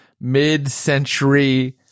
mid-century